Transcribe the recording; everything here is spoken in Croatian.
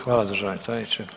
Hvala državni tajniče.